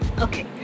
okay